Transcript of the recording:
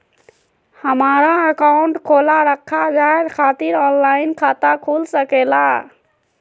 हमारा अकाउंट खोला रखा जाए खातिर ऑनलाइन खाता खुल सके ला?